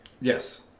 Yes